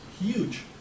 huge